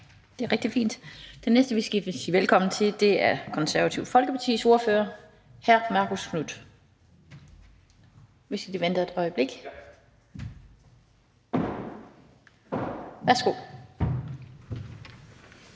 Det er rigtig fint. Den næste, vi skal sige velkommen til, er Det Konservative Folkepartis ordfører, hr. Marcus Knuth. Værsgo.